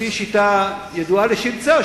לפי שיטה ידועה לשמצה,